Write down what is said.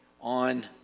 on